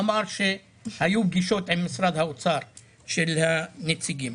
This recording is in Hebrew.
אמר שהיו פגישות עם משרד האוצר של הנציגים.